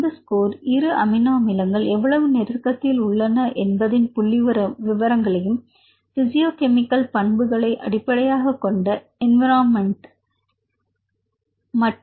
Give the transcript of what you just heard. அந்த ஸ்கோர் இரு அமினோ அமிலங்கள் எவ்வளவு நெருக்கத்தில் உள்ளன என்பதின் புள்ளிவிவரங்களையும் பிசியோ கெமிக்கல் பண்புகளை அடிப்படையாகக்கொண்ட என்விரான்மென்ட் அடிப்படையாகக் கொண்டது